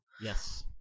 Yes